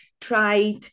tried